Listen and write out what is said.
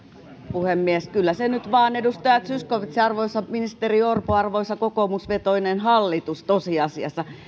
puhemies kyllä se nyt vain edustaja zyskowicz ja arvoisa ministeri orpo arvoisa kokoomusvetoinen hallitus tosiasiassa on niin että